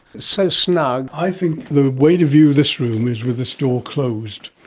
so snug. i think the way to view this room is with this door closed.